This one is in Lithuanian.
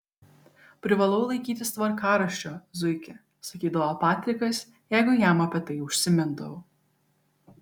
privalau laikytis tvarkaraščio zuiki sakydavo patrikas jeigu jam apie tai užsimindavau